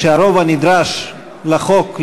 שהרוב הנדרש לחוק,